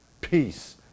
peace